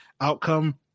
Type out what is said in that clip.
outcome